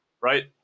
right